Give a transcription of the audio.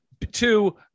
two